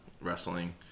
wrestling